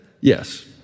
Yes